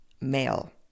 male